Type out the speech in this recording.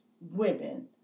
women